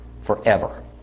forever